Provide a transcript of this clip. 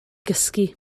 gysgu